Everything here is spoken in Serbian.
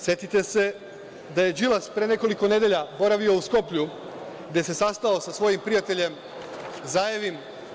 Setite se da je Đilas pre nekoliko nedelja boravio u Skoplju gde se sastao sa svojim prijateljem Zaevim.